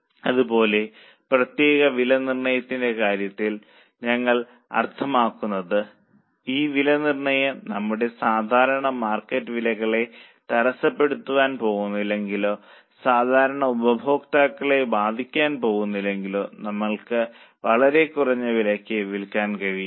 അതുപോലെ പ്രത്യേക വിലനിർണ്ണയത്തിന്റെ കാര്യത്തിൽ ഞങ്ങൾ അർത്ഥമാക്കുന്നത് ഈ വിലനിർണ്ണയം നമ്മുടെ സാധാരണ മാർക്കറ്റ് വിലകളെ തടസ്സപ്പെടുത്താൻ പോകുന്നില്ലെങ്കിലോ സാധാരണ ഉപഭോക്താക്കളെ ബാധിക്കാൻ പോകുന്നില്ലെങ്കിലോ നമ്മൾക്ക് വളരെ കുറഞ്ഞ വിലയ്ക്ക് വിൽക്കാൻ കഴിയും